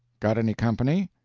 got any company?